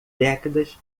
décadas